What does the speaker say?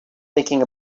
thinking